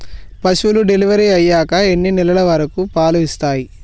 పశువులు డెలివరీ అయ్యాక ఎన్ని నెలల వరకు పాలు ఇస్తాయి?